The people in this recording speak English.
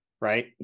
right